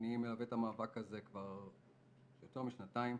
אני מלווה את המאבק הזה כבר יותר משנתיים.